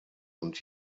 und